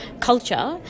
culture